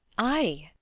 i!